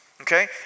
okay